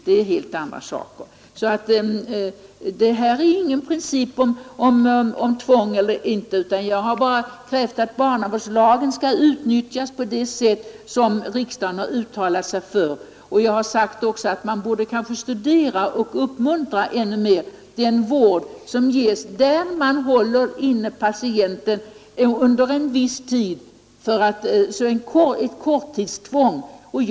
Här är det inte fråga om någon prinicipiell inställning till tvång eller frihet; jag har bara krävt att barnavårdslagen skall utnyttjas på det sätt som riksdagen har uttalat sig för. Och jag har också sagt att man kanske borde ännu mer studera och uppmuntra den vård som ges där man håller inne patienten under en viss tid — ett korttidstvång alltså.